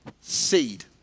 seed